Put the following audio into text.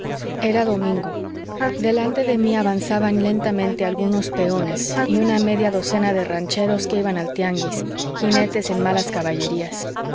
era domingo delante de mí avanzaban lentamente algunos peones y una media docena de rancheros que iban al tianguis jinetes en malas caballerías